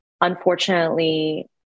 Unfortunately